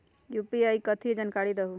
UPI कथी है? जानकारी दहु